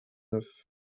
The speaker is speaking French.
neuf